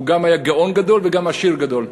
הוא גם היה גאון גדול וגם עשיר גדול.